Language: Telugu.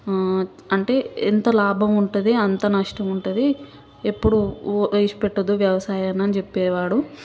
అంటే ఎంత లాభం ఉంటుంది అంత నష్టం ఉంటుంది ఎప్పుడు ఓ విడిచిపెట్టొద్దు వ్యవసాయాన్ని అని చేప్పేవాడు